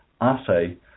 assay